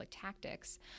tactics